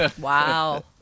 Wow